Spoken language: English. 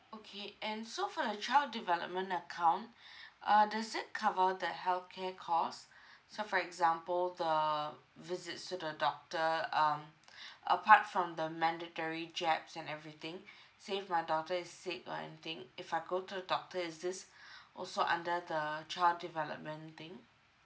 okay and so for the child development account uh does it cover the healthcare costs so for example the visits to the doctor um apart from the mandatory jabs and everything say if my daughter is sick or anything if I go to the doctor is this also under the child development thing